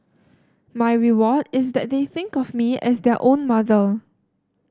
my reward is that they think of me as their own mother